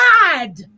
god